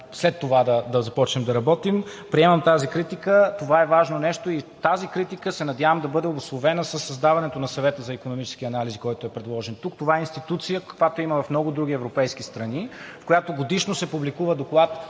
след това да започнем да работим. Приемам тази критика. Това е важно нещо и тази критика се надявам да бъде обусловена със създаването на Съвета за икономически анализ, който е предложен тук. Това е институция, каквато има в много други европейски страни, в която годишно се публикува Доклад